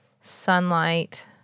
sunlight